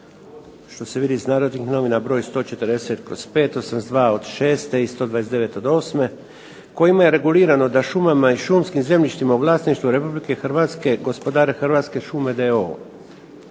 što se vidi iz "Narodnih novina" br. 140/5, 82/2006 i 129/2008 kojima je regulirano da šumama i šumskim zemljištima u vlasništvu RH gospodare "Hrvatske šume d.o.o."